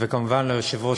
וכמובן ליושב-ראש,